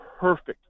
perfect